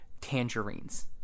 tangerines